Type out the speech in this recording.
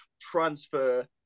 transfer